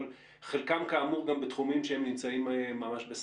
אבל חלקם כאמור גם בתחומים שנמצאים ממש בסכנה.